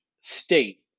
state